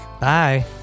Bye